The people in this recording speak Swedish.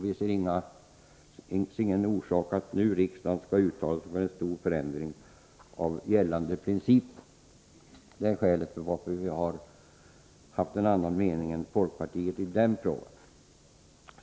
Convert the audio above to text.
Vi ser ingen orsak till att riksdagen nu skall uttala sig för en stor förändring av gällande principer. Detta är skälet att vi har haft en annan mening än folkpartiet i denna fråga.